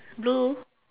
blue